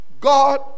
God